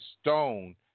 stone